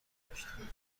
گذاشتم